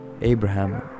Abraham